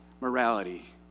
morality